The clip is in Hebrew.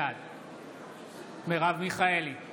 בעד מרב מיכאלי,